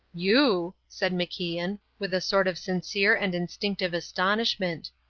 you! said macian, with a sort of sincere and instinctive astonishment.